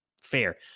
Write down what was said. fair